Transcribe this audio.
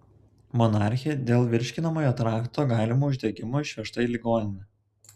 monarchė dėl virškinamojo trakto galimo uždegimo išvežta į ligoninę